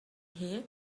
here